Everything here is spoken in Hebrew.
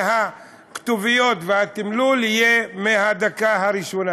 והכתוביות והתמלול יהיו מהדקה הראשונה.